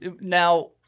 now